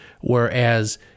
whereas